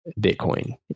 Bitcoin